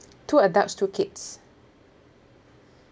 two adults two kids